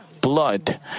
blood